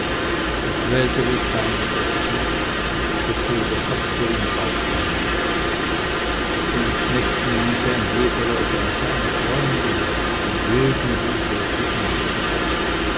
er quälte wie keiner das vieh dasselbe haßte ihn auch darnach von den knechten meinte ein jeder er sei sein freund und gegen jeden wies er die andern auf